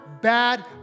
bad